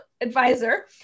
advisor